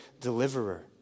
deliverer